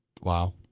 Wow